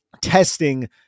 testing